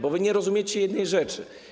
Bo wy nie rozumiecie jednej rzeczy.